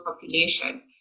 population